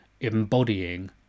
embodying